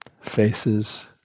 faces